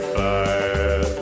fire